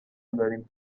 داریم